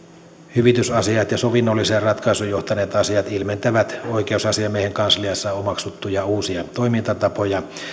hyvitysasiat ja sovinnolliseen ratkaisuun johtaneet asiat ilmentävät oikeusasiamiehen kansliassa omaksuttuja uusia toimintatapoja